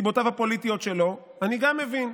מסיבותיו הפוליטיות שלו, אני גם מבין,